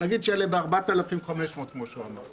נגיד שיעלה ב-4,500, כמו שהוא אמר,